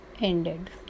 ended